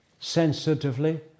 sensitively